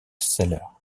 seller